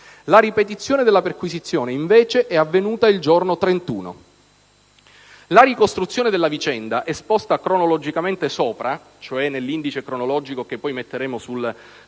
La ripetizione della perquisizione, invece, è avvenuta il giorno 31. La ricostruzione della vicenda, esposta cronologicamente sopra», cioè nell'indice cronologico che poi pubblicheremo sul